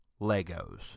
Legos